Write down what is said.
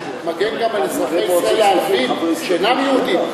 מגן גם על אזרחי ישראל הערבים שאינם יהודים.